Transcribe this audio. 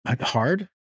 hard